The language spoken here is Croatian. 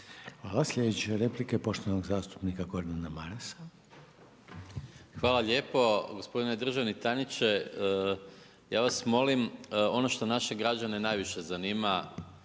Hvala. Sljedeća replika je poštovanog zastupnika Gordana Marasa. **Maras, Gordan (SDP)** Hvala lijepo, gospodine državni tajniče, ja vas molim ono što naše građane najviše zanima,